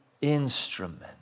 instrument